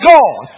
God